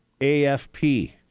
AFP